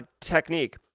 technique